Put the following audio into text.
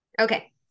Okay